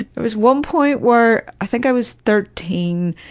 but was one point where, i think i was thirteen,